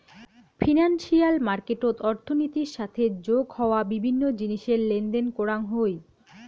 financial মার্কেটত অর্থনীতির সাথে যোগ হওয়া বিভিন্ন জিনিসের লেনদেন করাং হই